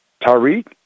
Tariq